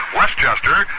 westchester